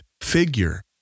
figure